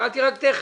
שאלתי טכנית.